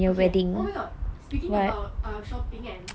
okay oh my god speaking about shopping kan